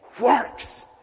works